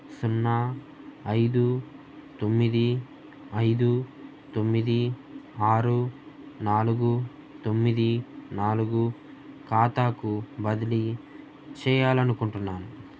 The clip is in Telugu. సున్నా ఐదు తొమ్మిది ఐదు తొమ్మిది ఆరు నాలుగు తొమ్మిది నాలుగు ఖాతాకు బదిలీ చేయాలి అనుకుంటున్నాను